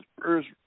First